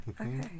Okay